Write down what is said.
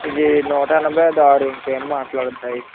ఇది నూట ఎనభై అది ఆరు ఇంకేమీ మాట్లాడ వద్దు అయి